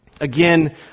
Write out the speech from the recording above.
Again